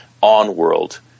on-world